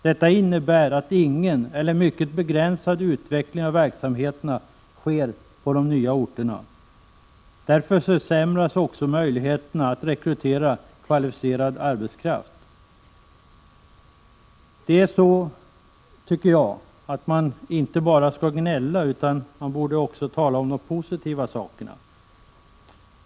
Detta innebär att ingen eller mycket försämras också möjligheterna att rekrytera kvalificerad arbetskraft. Man skall inte bara gnälla utan man borde också tala om de positiva sakerna.